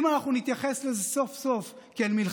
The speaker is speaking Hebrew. אם אנחנו סוף-סוף נתייחס לזה כאל מלחמה,